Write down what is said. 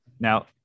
Now